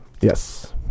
Yes